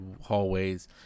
hallways